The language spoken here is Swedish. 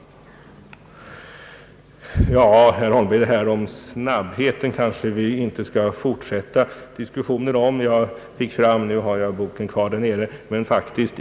Det här med snabbheten, herr Holmberg, kanske vi inte skall fortsätta att diskutera.